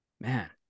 Man